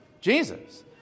Jesus